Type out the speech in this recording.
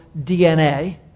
DNA